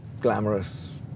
glamorous